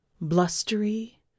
Blustery